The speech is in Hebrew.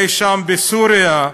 אי-שם בסוריה,